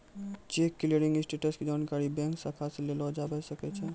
cheque clearing status के जानकारी bank शाखा से लेलो जाबै सकै छै